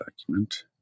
document